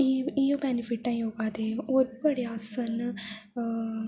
इ'यो इ'यो बेनिफिट ऐ योगा दे होर बी बड़े आसन न